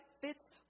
fits